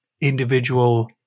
individual